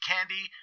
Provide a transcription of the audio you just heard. Candy